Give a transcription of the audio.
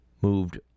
moved